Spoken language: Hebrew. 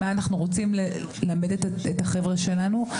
מה אנחנו רוצים ללמד את החבר'ה שלנו.